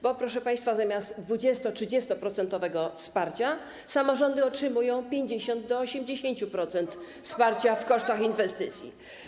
Bo, proszę państwa, zamiast 20-, 30-procentowego wsparcia samorządy otrzymują 50-, 80-procentowe wsparcie w kosztach inwestycji.